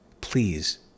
please